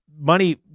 money